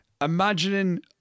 imagining